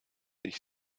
ich